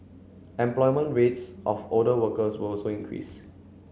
employment rates of older workers will also increase